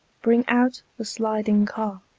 bring out the sliding car